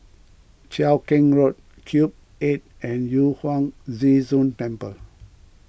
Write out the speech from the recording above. Cheow Keng Road Cube eight and Yu Huang Zhi Zun Temple